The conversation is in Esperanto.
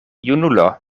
junulo